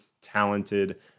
Talented